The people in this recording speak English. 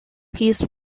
his